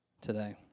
today